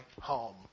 home